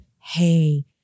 hey